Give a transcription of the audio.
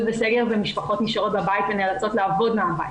וסגר ומשפחות נשארות בבית ונאלצות לעבוד מהבית.